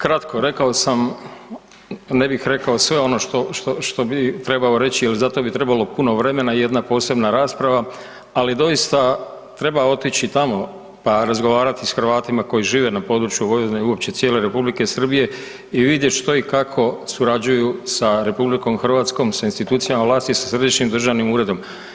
Kratko, rekao sam, ne bih rekao sve ono što bi trebao reći jer za to bi trebalo puno vremena i jedna posebna rasprava, ali doista treba otići tamo pa razgovarati s Hrvatima koji žive na području Vojvodine i uopće cijele R. Srbije i vidjeti što i kako surađuju sa RH, sa institucijama vlasti, sa Središnjih državnim uredom.